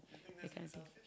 that kind of thing